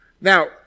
Now